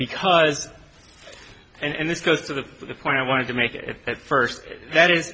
because and this goes to the point i wanted to make it at first that is